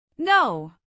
No